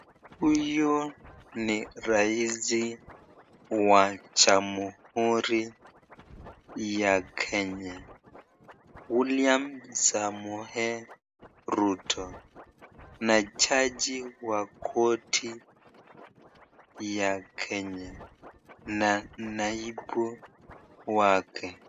Huyu ni rais wa jamuhuri ya kenya William samoe ruto na jaji wa koti ya kenya na naibu yake.